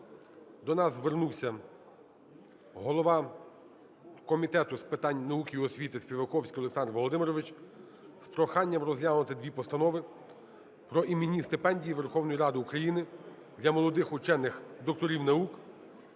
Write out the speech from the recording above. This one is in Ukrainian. до нас звернувся голова Комітету з питань науки і освітиСпіваковський Олександр Володимирович з проханням розглянути 2 постанови: про іменні стипендії Верховної Ради України для молодих учених-докторів наук